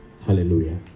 Hallelujah